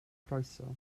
croeso